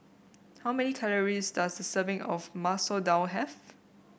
how many calories does a serving of Masoor Dal have